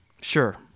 Sure